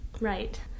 Right